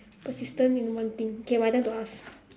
persistent in one thing okay my turn to ask